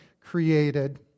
created